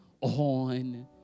on